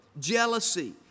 jealousy